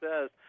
says